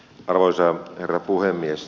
arvoisa herra puhemies